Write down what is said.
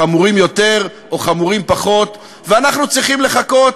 חמורים יותר או חמורים פחות, ואנחנו צריכים לחכות,